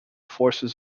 forces